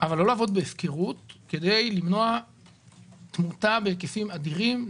אבל לא לעבוד בהפקרות כדי למנוע תמותה בהיקפים אדירים,